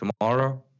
tomorrow